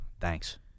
Thanks